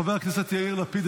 חבר הכנסת יאיר לפיד,